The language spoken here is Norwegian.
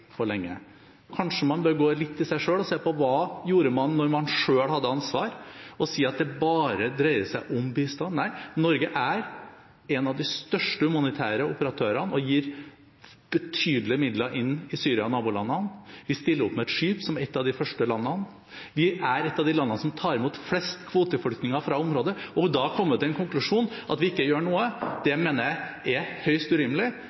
lenge. Kanskje man bør gå litt i seg selv og se på hva man gjorde da man selv hadde ansvar. Å si at det bare dreier seg om bistand – nei, Norge er en av de største humanitære operatørene og gir betydelige midler inn i Syria og nabolandene. Vi stiller opp med et skip, som et av de første landene. Vi er et av de landene som tar imot flest kvoteflyktninger fra området. Å komme til den konklusjon at vi ikke gjør noe, mener jeg er høyst urimelig.